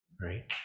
Right